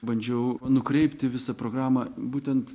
bandžiau nukreipti visą programą būtent